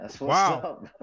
Wow